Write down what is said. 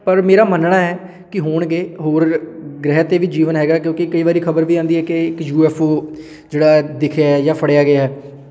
ਪਰ ਮੇਰਾ ਮੰਨਣਾ ਹੈ ਕਿ ਹੋਣਗੇ ਹੋਰ ਗ੍ਰਹਿ 'ਤੇ ਵੀ ਜੀਵਨ ਹੈਗਾ ਕਿਉਂਕਿ ਕਈ ਵਾਰੀ ਖ਼ਬਰ ਵੀ ਆਉਂਦੀ ਹੈ ਕਿ ਇੱਕ ਯੂ ਐੱਫ ਓ ਜਿਹੜਾ ਦਿਖਿਆ ਜਾਂ ਫੜਿਆ ਗਿਆ